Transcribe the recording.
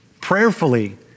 prayerfully